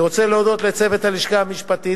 אני רוצה להודות לצוות הלשכה המשפטית,